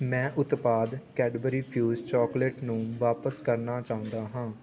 ਮੈਂ ਉਤਪਾਦ Cadbury Fuse chocolate ਨੂੰ ਵਾਪਸ ਕਰਨਾ ਚਾਹੁੰਦਾ ਹਾਂ